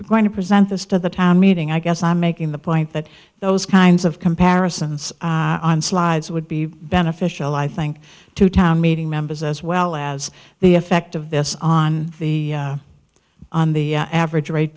pretty going to present this to the town meeting i guess i'm making the point that those kinds of comparisons on slides would be beneficial i think to town meeting members as well as the effect of this on the on the average rate